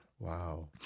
Wow